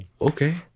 okay